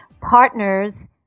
partners